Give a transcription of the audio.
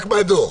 רק מהדוח.